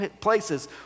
places